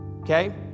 okay